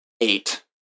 Eight